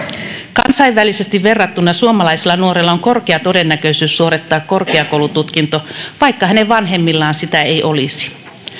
kansainvälisesti verrattuna suomalaisella nuorella on korkea todennäköisyys suorittaa korkeakoulututkinto vaikka hänen vanhemmillaan sitä ei olisi